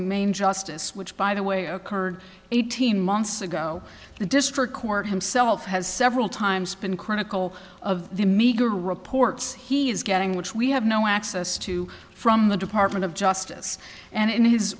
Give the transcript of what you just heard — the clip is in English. main justice which by the way occurred eighteen months ago the district court himself has several times been critical of the meager reports he is getting which we have no access to from the department of justice and